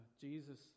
Jesus